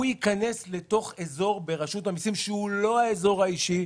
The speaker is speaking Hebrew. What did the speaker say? הוא ייכנס לתוך אזור ברשות המיסים שהוא לא האזור האישי,